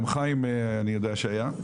גם חיים אני יודע שהיה.